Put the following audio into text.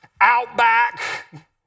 Outback